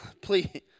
Please